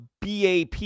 BAP